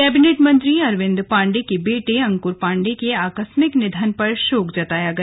cabinet मंत्री अरविंद पांडेय के बेटे अंकुर के आकस्मिक निधन पर शोक जताया गया